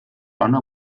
anna